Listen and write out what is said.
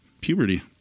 puberty